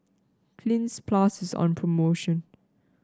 Cleanz Plus is on promotion